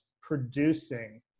producing